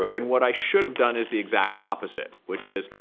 and what i should have done is the exact opposite, which is,